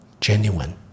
genuine